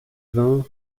vin